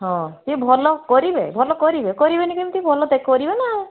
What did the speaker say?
ହଁ ସିଏ ଭଲ କରିବେ ଭଲ କରିବେ କରିବେନି କେମିତି ଭଲ କରିବେନା ଆଉ